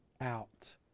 out